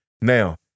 Now